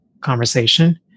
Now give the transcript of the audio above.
conversation